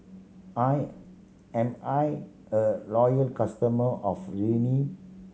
I am I a loyal customer of Rene